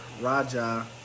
Raja